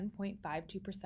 1.52%